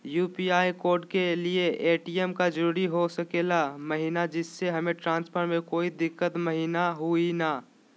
UPI code के लिए ATM का जरूरी हो सके महिना जिससे हमें ट्रांजैक्शन में कोई दिक्कत महिना हुई ला?